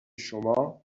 شما